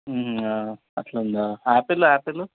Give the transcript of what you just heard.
అట్లుందా apple Apple